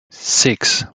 six